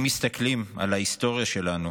אם מסתכלים על ההיסטוריה שלנו